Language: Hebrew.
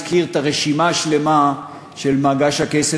הזכיר את הרשימה השלמה של "מגש הכסף",